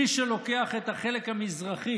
מי שלוקח את החלק המזרחי,